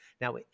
Now